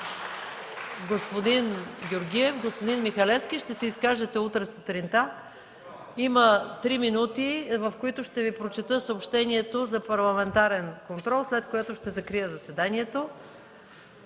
Господин Георгиев, господин Михалевски! Ще се изкажете утре сутринта. Има три минути, в които ще Ви прочета съобщението за парламентарния контрол, след което ще закрия заседанието.